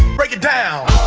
break it down